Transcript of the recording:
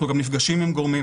אנחנו גם נפגשים עם גורמים.